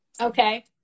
okay